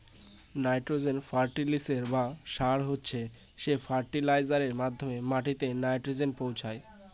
nitrogen ফার্টিলিসের বা সার হচ্ছে সে ফার্টিলাইজারের মাধ্যমে মাটিতে নাইট্রোজেন পৌঁছায়